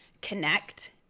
connect